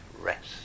rest